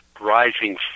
rising